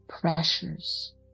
pressures